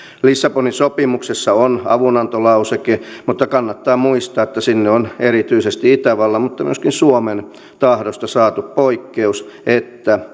lissabonin sopimuksessa on avunantolauseke mutta kannattaa muistaa että sinne on erityisesti itävallan mutta myöskin suomen tahdosta saatu poikkeus että